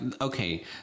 okay